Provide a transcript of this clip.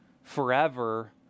forever